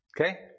Okay